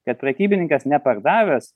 kad prekybininkas nepardavęs